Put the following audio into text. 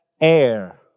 air